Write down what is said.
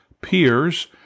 peers